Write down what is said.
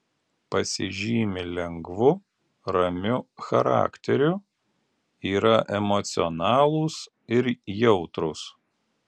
pasižymi lengvu ramiu charakteriu yra emocionalūs ir jautrūs